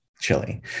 chili